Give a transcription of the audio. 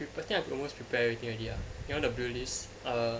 I think I almost prepare everything already ah you know the blue list err